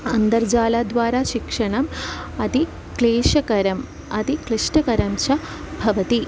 अन्तर्जालद्वारा शिक्षणम् अति क्लेशकरम् अति क्लिष्टकरञ्च भवति